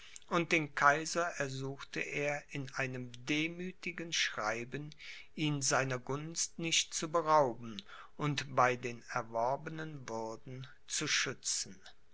und den kaiser ersuchte er in einem demüthigen schreiben ihn seiner gunst nicht zu berauben und bei den erworbenen würden zu schützen